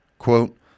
Quote